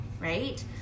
right